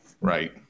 right